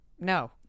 no